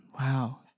Wow